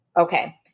Okay